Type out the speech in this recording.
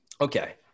Okay